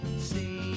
see